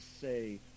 say